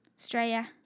Australia